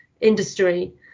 industry